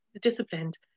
disciplined